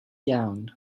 iawn